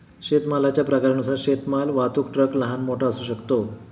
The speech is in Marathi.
शेतमालाच्या प्रकारानुसार शेतमाल वाहतूक ट्रक लहान, मोठा असू शकतो